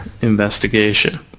Investigation